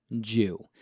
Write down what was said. Jew